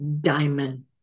diamond